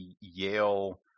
Yale